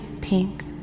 pink